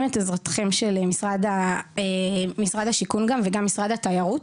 בו את העזרה של משרד השיכון וגם משרד התיירות